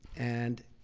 and